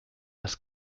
das